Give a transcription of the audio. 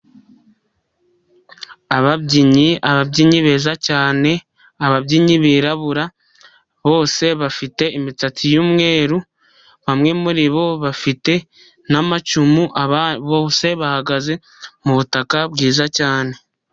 Ababyinnyi, ababyinnyi beza cyane, ababyinnyi birabura, bose bafite imisatsi y'umweru, bamwe muribo bafite n'amacumu bose bahagaze mu butaka bwiza cyane.